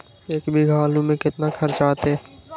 एक बीघा आलू में केतना खर्चा अतै?